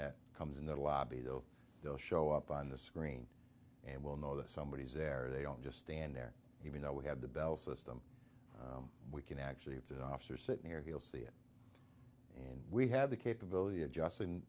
that comes in the lobby though they'll show up on the screen and will know that somebody is there they don't just stand there even though we have the bell system we can actually have that officer sitting here he'll see it and we have the capability of just